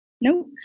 Nope